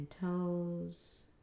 toes